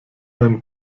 beim